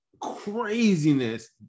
craziness